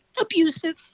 abusive